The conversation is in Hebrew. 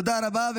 תודה רבה.